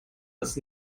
als